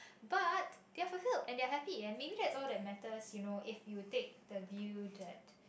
but they are fulfilled and they're happy and maybe that all the matters you know if you take the view that